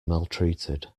maltreated